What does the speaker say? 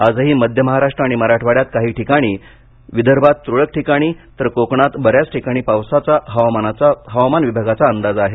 आजही मध्य महाराष्ट्र आणि मराठवाड्यात काही ठिकाणी विदर्भर तुरळक ठिकाणी तर कोकणात बर्याच ठिकाणी पावसाचा हवामान विभागाचा अंदाज आहे